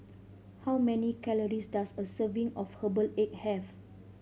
how many calories does a serving of herbal egg have